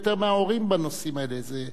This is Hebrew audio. ילד בן שלוש ואייפד,